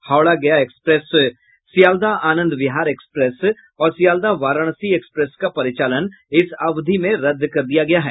Howrah Gaya express Sealdah Anand Vihar express और Sealdah Varanasi express का परिचालन इस अवधि में रद्द कर दिया गया है